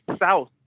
south